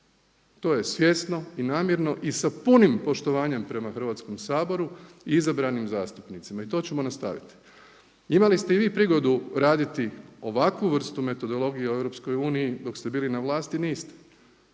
To je svjesno i namjerno i sa punim poštovanjem prema Hrvatskom saboru i izabranim zastupnicima i to ćemo nastaviti. Imali ste i vi prigodu raditi ovakvu vrstu metodologije u EU dok ste bili na vlasti, niste.